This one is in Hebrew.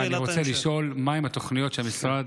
אני רוצה לשאול: מהן התוכניות שהמשרד